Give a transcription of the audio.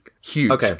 huge